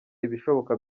ibishoboka